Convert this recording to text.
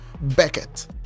Beckett